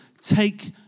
take